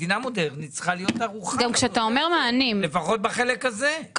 מדינה מודרנית צריכה להיות ערוכה לפחות בחלק הזה.